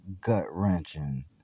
gut-wrenching